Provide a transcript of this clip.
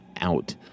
out